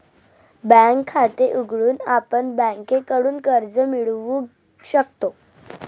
bank खाते उघडून आपण बँकेकडून कर्ज मिळवू शकतो